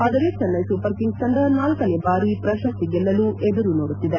ಆದರೆ ಚೆನ್ನೈ ಸೂಪರ್ ಕಿಂಗ್ಲೆ ತಂಡ ನಾಲ್ಕನೇ ಬಾರಿ ಪ್ರಶಸ್ತಿ ಗೆಲ್ಲಲು ಎದುರು ನೋಡುತ್ತಿದೆ